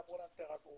אמרו להם: תירגעו.